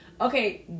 okay